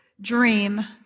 dream